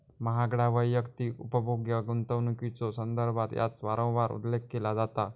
महागड्या वैयक्तिक उपभोग्य गुंतवणुकीच्यो संदर्भात याचा वारंवार उल्लेख केला जाता